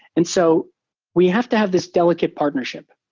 and so we have to have this delicate partnership.